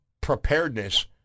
preparedness